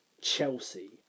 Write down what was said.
Chelsea